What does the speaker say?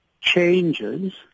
changes